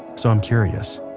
so i'm curious,